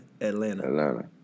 Atlanta